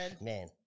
man